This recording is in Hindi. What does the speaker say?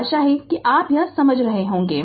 आशा है कि आप यह समझ रहे होगे